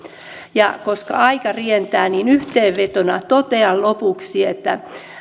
koska aika rientää niin yhteenvetona totean lopuksi että